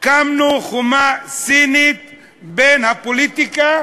הקמנו חומה סינית בין הפוליטיקה